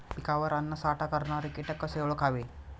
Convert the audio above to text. पिकावर अन्नसाठा करणारे किटक कसे ओळखावे?